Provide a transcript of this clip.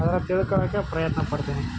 ಆದರೆ ತಿಳ್ಕೊಳೋಕ್ಕೆ ಪ್ರಯತ್ನ ಪಡ್ತೀನಿ